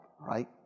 right